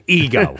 ego